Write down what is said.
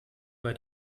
bei